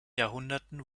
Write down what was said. jahrhunderten